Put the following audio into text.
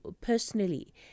personally